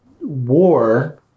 war